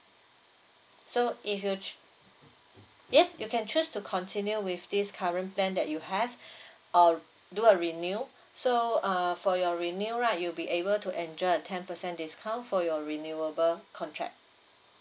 so if you cho~ yes you can choose to continue with this current plan that you have uh do a renew so uh for your renew right you'll be able to enjoy a ten percent discount for your renewable contract